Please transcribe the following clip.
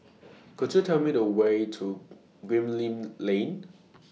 Could YOU Tell Me The Way to Gemmill Lane